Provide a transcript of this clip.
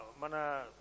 Mana